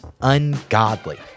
ungodly